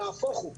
נהפוך הוא,